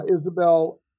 Isabel